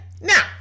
Now